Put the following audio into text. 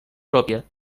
pròpia